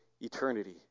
eternity